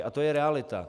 A to je realita.